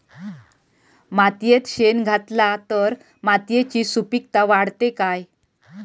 मातयेत शेण घातला तर मातयेची सुपीकता वाढते काय?